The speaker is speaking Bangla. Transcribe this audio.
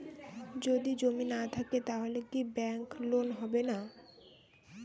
যদি জমি না থাকে তাহলে কি ব্যাংক লোন হবে না?